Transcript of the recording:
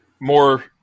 more